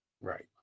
right